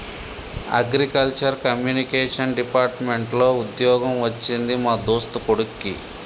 agriculture communication department లో వుద్యోగం వచ్చింది మా దోస్తు కొడిక్కి